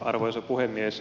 arvoisa puhemies